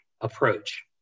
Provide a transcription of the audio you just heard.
approach